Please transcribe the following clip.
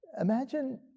Imagine